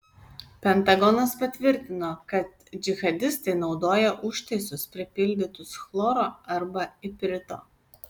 pentagonas patvirtino kad džihadistai naudoja užtaisus pripildytus chloro arba iprito